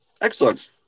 Excellent